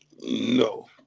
No